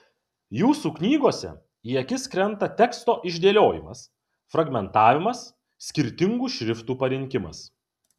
jūsų knygose į akis krenta teksto išdėliojimas fragmentavimas skirtingų šriftų parinkimas